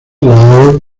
laos